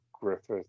Griffith